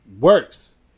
works